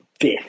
fifth